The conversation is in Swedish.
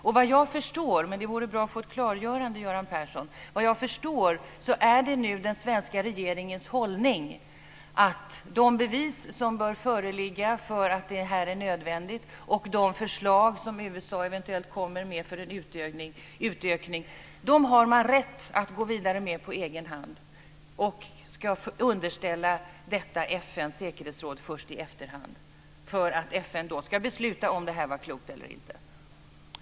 Såvitt jag förstår - men det vore bra att få ett få ett klargörande, Göran Persson - är det nu den svenska regeringens hållning att de bevis som bör föreligga för att det här är nödvändigt och de förslag som USA eventuellt kommer med för en utökning har man rätt att gå vidare med på egen hand samt att detta ska underställas FN:s säkerhetsråd först i efterhand för att FN då ska besluta om det här var klokt eller inte.